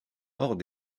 hors